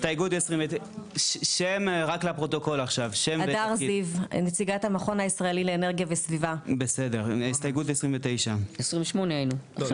הסתייגות 29. 28 היינו.